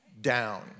down